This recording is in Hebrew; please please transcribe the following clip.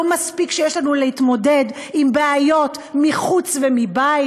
לא מספיק שיש לנו להתמודד עם בעיות מחוץ ומבית?